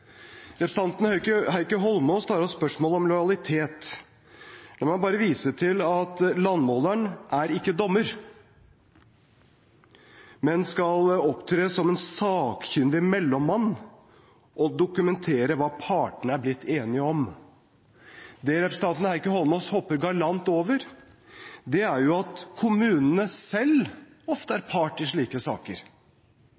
Representanten Heikki Eidsvoll Holmås tar opp spørsmål om lojalitet. La meg bare vise til at landmåleren ikke er dommer, men skal opptre som en sakkyndig mellommann og dokumentere hva partene er blitt enige om. Det representanten Heikki Eidsvoll Holmås hopper elegant over, er at kommunene selv ofte er